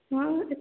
ହଁ ଏତେ